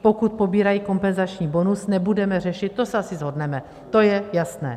Pokud pobírají kompenzační bonus, nebudeme řešit, to se asi shodneme, to je jasné.